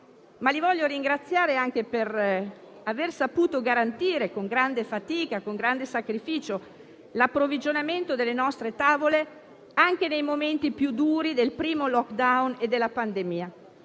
mondo. Voglio ringraziarli anche per aver saputo garantire con grande fatica e con grande sacrificio l'approvvigionamento delle nostre tavole nei momenti più duri del primo *lockdown* e della pandemia.